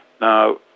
Now